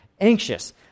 anxious